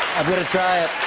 i'm gonna try it.